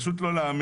פשוט לא להאמין.